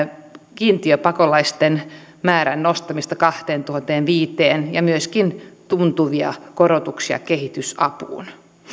kiintiöpakolaisten määrän nostamista kahteentuhanteenviiteen ja myöskin tuntuvia korotuksia kehitysapuun